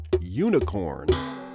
unicorns